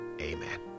amen